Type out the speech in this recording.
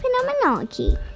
Phenomenology